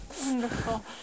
Wonderful